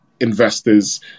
investors